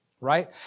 Right